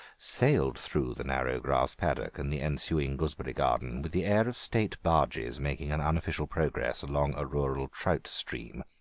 sailed through the narrow grass paddock and the ensuing gooseberry garden with the air of state barges making an unofficial progress along rural trout stream.